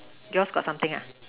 yours got something ah